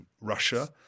russia